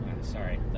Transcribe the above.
Sorry